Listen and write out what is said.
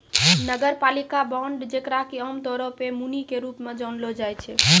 नगरपालिका बांड जेकरा कि आमतौरो पे मुनि के रूप मे जानलो जाय छै